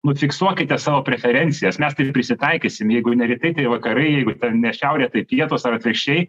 nu fiksuokite savo preferencijas mes tai ir prisitaikysim jeigu ne rytai tai vakarai jeigu ten ne šiaurė tai pietūs ar atvirkščiai